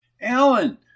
Alan